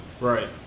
Right